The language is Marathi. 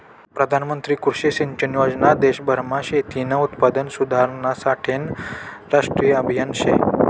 प्रधानमंत्री कृषी सिंचन योजना देशभरमा शेतीनं उत्पादन सुधारासाठेनं राष्ट्रीय आभियान शे